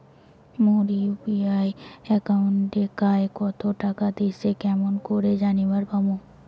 মোর UPI একাউন্টে কায় কতো টাকা দিসে কেমন করে জানিবার পামু?